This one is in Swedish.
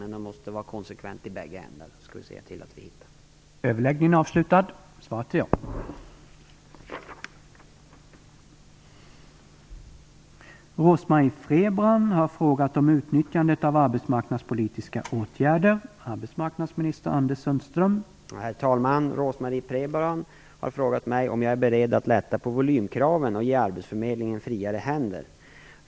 Men det hela måste vara konsekvent i bägga ändarna, och det skall vi se till att vi hittar fram till.